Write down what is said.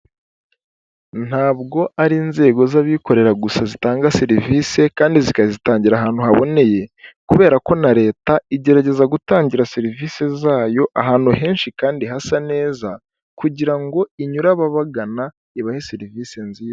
Ntabwo ari inzego z'abikorera gusa zitanga serivise kandi zikazitangira ahantu haboneye kubera ko na leta igerageza gutangira serivisi zayo ahantu henshi kandi hasa neza kugira ngo inyure ababagana ibahe serivise nziza.